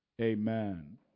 Amen